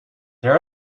there